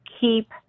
keep